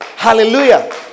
Hallelujah